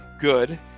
good